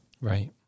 Right